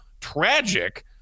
tragic